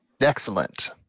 Excellent